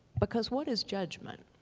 because what is judgment?